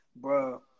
Bro